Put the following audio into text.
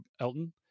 Elton